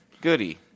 goody